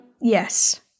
yes